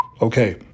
Okay